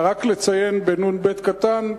נ"ב קטן,